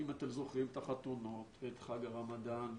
אם אתם זוכרים את החתונות ואת חג הרמדאן,